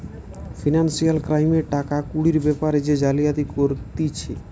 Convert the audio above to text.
financial ক্রাইমে টাকা কুড়ির বেপারে যে জালিয়াতি করতিছে